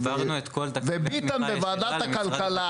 ביטן בוועדת הכלכלה